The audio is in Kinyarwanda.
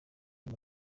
uyu